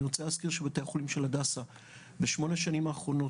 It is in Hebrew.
אני רוצה להזכיר שבשמונה השנים האחרונות